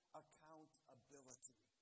accountability